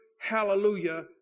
hallelujah